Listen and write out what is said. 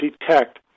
detect